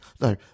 No